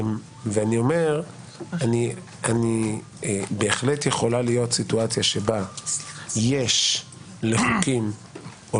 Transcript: אני אומר שבהחלט יכולה להיות סיטואציה בה יש לחוקים או